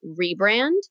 rebrand